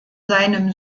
seinem